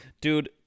Dude